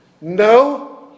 No